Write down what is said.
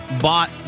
bought